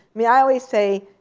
mean, i always say,